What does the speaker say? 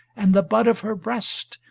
and the bud of her breast,